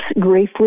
grief